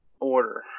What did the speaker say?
Order